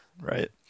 right